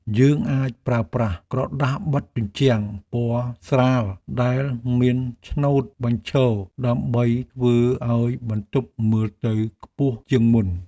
យើងអាចប្រើប្រាស់ក្រដាសបិទជញ្ជាំងពណ៌ស្រាលដែលមានឆ្នូតបញ្ឈរដើម្បីធ្វើឱ្យបន្ទប់មើលទៅខ្ពស់ជាងមុន។